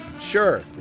sure